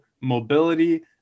mobility